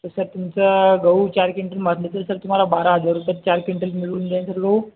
तसा तुमचा गहू चार क्विंटल मार्केट रेटने तुम्हाला बारा हजार रुपये चार क्विंटलचे मिळून जाइल सर गहू